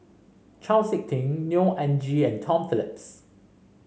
Chau SiK Ting Neo Anngee and Tom Phillips